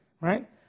right